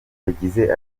yagize